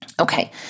Okay